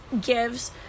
gives